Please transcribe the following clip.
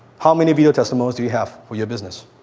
how many video testimonials do you have for your business?